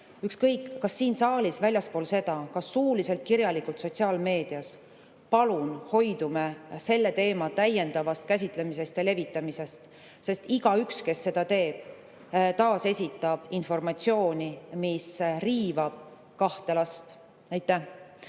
ükskõik, kas siin saalis või väljaspool seda, kas suuliselt, kirjalikult või sotsiaalmeedias: palun hoidume selle teema täiendavast käsitlemisest ja levitamisest, sest igaüks, kes seda teeb, taasesitab informatsiooni, mis riivab kahte last.